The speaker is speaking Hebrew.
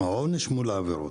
העונש מול העבירות.